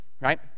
right